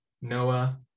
Noah